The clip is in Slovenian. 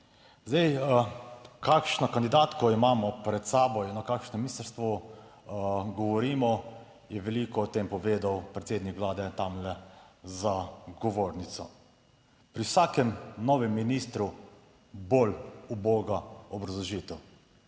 Zdaj kakšno kandidatko imamo pred sabo in o kakšnem ministrstvu govorimo, je veliko o tem povedal predsednik Vlade tamle za govornico. Pri vsakem novem ministru bolj uboga obrazložitev,